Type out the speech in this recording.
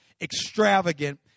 extravagant